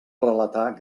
relatar